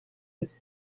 with